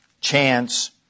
chance